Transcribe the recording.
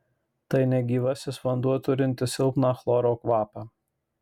tai negyvasis vanduo turintis silpną chloro kvapą